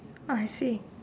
I see